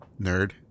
nerd